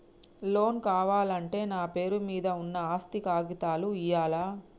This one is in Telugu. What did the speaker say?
లోన్ కావాలంటే నా పేరు మీద ఉన్న ఆస్తి కాగితాలు ఇయ్యాలా?